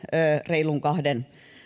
reilun kahden